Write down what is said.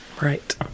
right